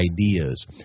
ideas